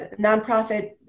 nonprofit